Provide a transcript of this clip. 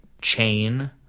chain